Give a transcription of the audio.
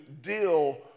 deal